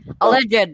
alleged